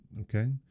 okay